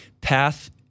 path